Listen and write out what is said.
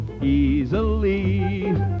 easily